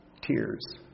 Tears